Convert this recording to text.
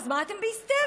אז מה אתם בהיסטריה?